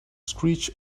screech